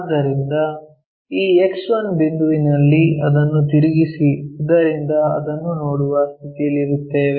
ಆದ್ದರಿಂದ ಈ X1 ಬಿಂದುವಿನಲ್ಲಿ ಅದನ್ನು ತಿರುಗಿಸಿ ಇದರಿಂದ ಅದನ್ನು ನೋಡುವ ಸ್ಥಿತಿಯಲ್ಲಿರುತ್ತೇವೆ